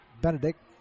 Benedict